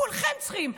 כולכם צריכים.